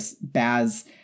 Baz